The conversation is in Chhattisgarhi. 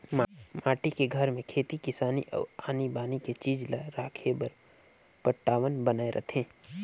माटी के घर में खेती किसानी अउ आनी बानी के चीज ला राखे बर पटान्व बनाए रथें